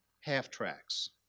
half-tracks